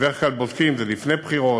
בדרך כלל בודקים: אם זה לפני בחירות,